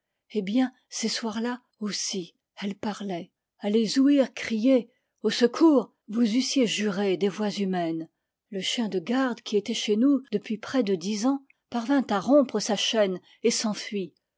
eh bien ces soirs là aussi elles parlaient à les ouïr crier au secours vous eussiez juré des voix humaines le chien de garde qui était chez nous depuis près de dix ans parvint à rompre sa chaîne et s'enfuit